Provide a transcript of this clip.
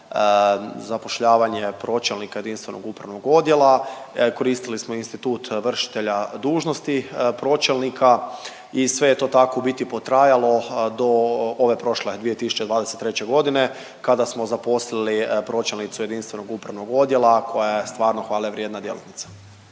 zapošljavanje pročelnika jedinstvenog upravnog odjela, koristili smo institut vršitelja dužnosti pročelnika i sve je to tako u biti potrajalo do ove prošle 2023. godine, kada smo zaposlili pročelnicu jedinstvenog upravnog odjela, koja je stvarno hvalevrijedna djelatnica.